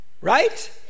right